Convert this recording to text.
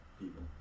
people